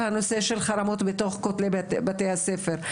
הנושא של חרמות בתוך כתלי בתי הספר.